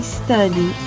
study